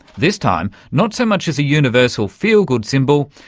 this time not so much as a universal feel-good symbol,